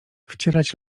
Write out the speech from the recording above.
wcierać